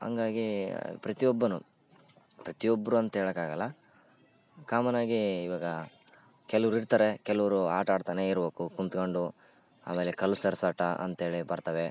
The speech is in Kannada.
ಹಂಗಾಗಿ ಪ್ರತಿಯೊಬ್ಬನೂ ಪ್ರತಿಯೊಬ್ರೂ ಅಂಥೇಳೊಕ್ಕಾಗೋಲ್ಲ ಕಾಮನಾಗೀ ಇವಾಗ ಕೆಲರು ಇರ್ತಾರೆ ಕೆಲವರು ಆಟ ಆಡ್ತಾನೇ ಇರ್ಬೇಕು ಕೂತ್ಕೊಂಡು ಆಮೇಲೆ ಕಲ್ಸರ್ಸಾಟ ಅಂಥೇಳಿ ಬರ್ತವೆ